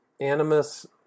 animus